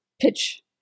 pitch